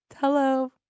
Hello